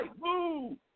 move